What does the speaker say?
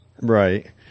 Right